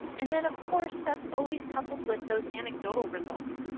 and then of course that's always coupled with those anecdotal results.